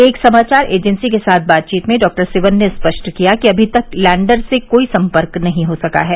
एक समाचार एजेंसी के साथ बातचीत में डॉक्टर सिवन ने स्पष्ट किया कि अभी तक लैंडर से कोई संपर्क नहीं हो सका है